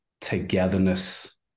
togetherness